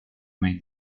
main